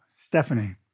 Stephanie